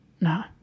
no